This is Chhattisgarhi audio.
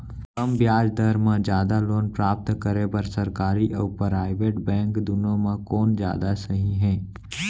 कम ब्याज दर मा जादा लोन प्राप्त करे बर, सरकारी अऊ प्राइवेट बैंक दुनो मा कोन जादा सही हे?